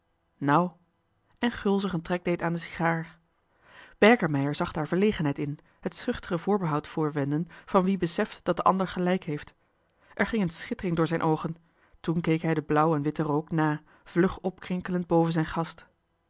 nu en gulzig een trek deed aan de sigaar berkemeier zag daar verlegenheid in het schuchtere voorbehoud voorwenden van wie beseft dat de ander gelijk heeft er ging een schittering door zijn oogen toen keek hij den blauw en witten rook na vlug opkrinkelend boven zijn gast